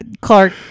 Clark